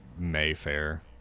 mayfair